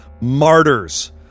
Martyrs